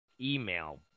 email